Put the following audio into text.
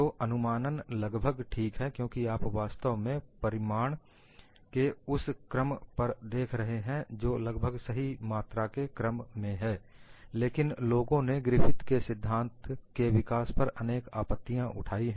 तो अनुमानन लगभग ठीक है क्योंकि आप वास्तव में परिमाण के उस क्रम पर देख रहे हैं जो लगभग सही मात्रा के क्रम में है लेकिन लोगों ने ग्रिफिथ के सिद्धांत के विकास पर अन्य अनेक आपत्तियां उठाई है